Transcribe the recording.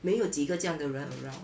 没有几个这样的人 around